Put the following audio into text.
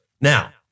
Now